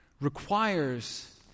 requires